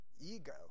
ego